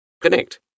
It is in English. Connect